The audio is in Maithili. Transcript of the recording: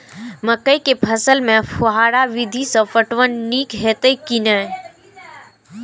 मकई के फसल में फुहारा विधि स पटवन नीक हेतै की नै?